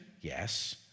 Yes